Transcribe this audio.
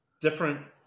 different